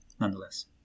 nonetheless